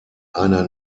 einer